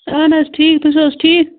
اہَن حظ ٹھیٖک تُہۍ چھو حظ ٹھیٖک